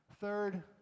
Third